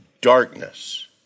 darkness